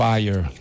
Fire